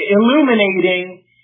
illuminating